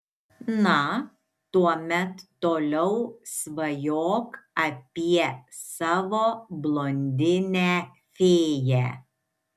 na tuomet toliau svajok apie savo blondinę fėją